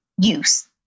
use